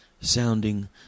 sounding